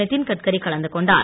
நிதின் கட்கரி கலந்து கொண்டார்